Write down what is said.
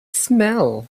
smell